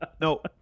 No